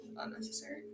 unnecessary